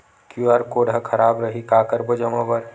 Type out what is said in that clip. QR code हा खराब रही का करबो जमा बर?